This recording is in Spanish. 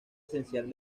esencial